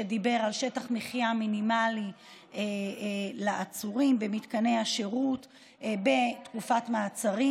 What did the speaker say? שדיבר על שטח מחיה מינימלי לעצורים במתקני השירות בתקופת מעצרים,